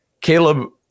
Caleb